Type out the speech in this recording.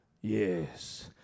Yes